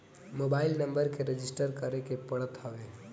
mobile number के रजिस्टर करे के पड़त हवे